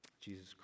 Jesus